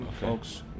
Folks